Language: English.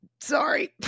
sorry